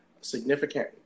significant